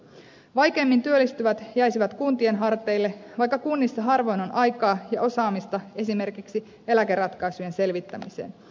vaikeimmin työllistyvät jäisivät kuntien harteille vaikka kunnissa harvoin on aikaa ja osaamista esimerkiksi eläkeratkaisujen selvittämiseen